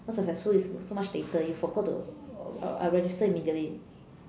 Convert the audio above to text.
not successful is so much later you forgot to I register immediately